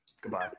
Goodbye